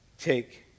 take